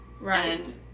Right